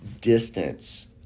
distance